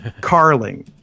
carling